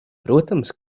protams